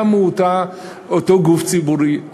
קם אותו גוף ציבורי,